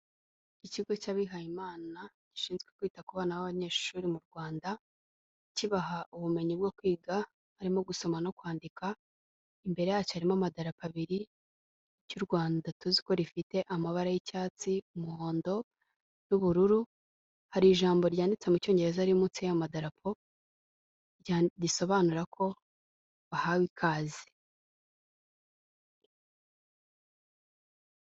Ikigo cy'abihayimana gishinzwe kwita ku bana b'abanyeshuri mu Rwanda, kibaha ubumenyi bwo kwiga harimo gusoma no kwandika, imbere yacyo harimo amadapo abiri, iry'u Rwanda tuzi ko rifite amabara y'icyatsi, umuhondo n'ubururu, hari ijambo ryanditse mu Cyongereza riri munsi y'ayo madarapo risobanura ko bahawe ikaze.